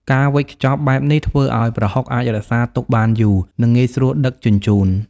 ការវេចខ្ចប់បែបនេះធ្វើឱ្យប្រហុកអាចរក្សាទុកបានយូរ និងងាយស្រួលដឹកជញ្ជូន។